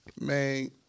Man